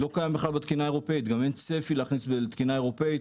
זה לא קיים בכלל בתקינה האירופאית,